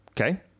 Okay